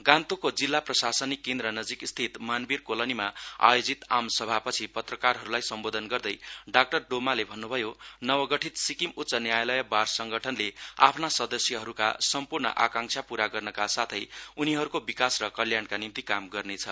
गान्तोकको जिल्ला प्रशासनिक केन्द्र नजिकस्थित मानबीर कोलनीमा आयोजित आम सभापछि पत्रकारहरूलाई सम्बोधन गर्दै डाक्टर डोमाले भन्नुभयो नवगठित सिक्किम उच्च न्यायालय बार संगठनले आफ्ना सदस्यहरूका सम्पूर्ण आकांक्षाहरू पूरा गर्नका साथै उनीहरूको विकास र कल्याणका निम्ति काम गर्नेछ